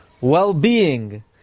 well-being